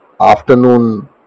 afternoon